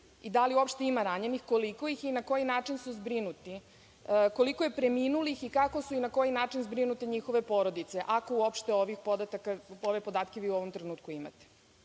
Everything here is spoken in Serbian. i da li uopšte ima ranjenih, koliko ih je i na koji način su zbrinuti? Koliko je preminulih i kako su i na koji način zbrinute njihove porodice, ako uopšte ove podatke u ovom trenutku imate? Da